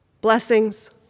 blessings